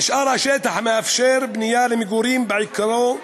נשאר השטח המאפשר בנייה למגורים, בעיקרו,